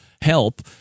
help